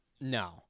No